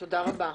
תודה רבה.